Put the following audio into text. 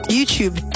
YouTube